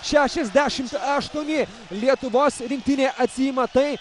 šešiasdešim aštuoni lietuvos rinktinė atsiima tai